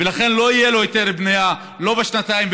ולכן לא יהיה לו היתר בנייה לא בשנתיים,